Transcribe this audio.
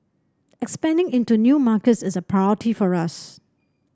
expanding into new markets is a priority for us